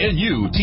N-U-T